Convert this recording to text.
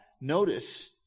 Notice